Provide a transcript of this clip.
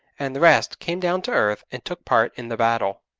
and the rest came down to earth and took part in the battle.